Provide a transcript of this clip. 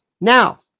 Now